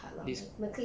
it's